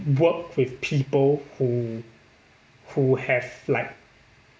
work with people who who have like